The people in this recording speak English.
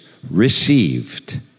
received